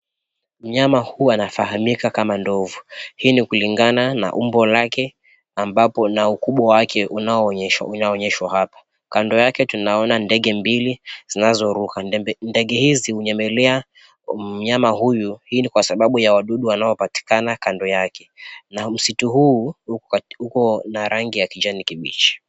Mnyama huu anafahamika kama ndovu. Hii ni kulingana na umbo lake ambapo na ukubwa wake unaonyeshwa hapa. Kando yake tunaona ndege mbili zinazoruka. Ndege hizi hunyemelea mnyama huyu, hii ni kwa sababu ya wadudu wanaopatikana kando yake na msitu huu uko na rangi ya kijani kibichi.